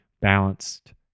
balanced